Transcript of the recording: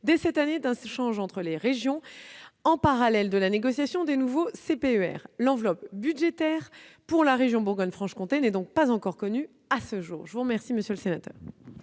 dès cette année d'échanges avec les régions, en parallèle à la négociation des nouveaux CPER. L'enveloppe budgétaire pour la région Bourgogne-Franche-Comté n'est donc pas encore connue à ce jour. Merci de votre présence,